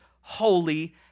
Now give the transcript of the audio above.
holy